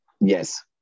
Yes